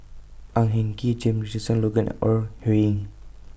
Ang Hin Kee James Richardson Logan and Ore Huiying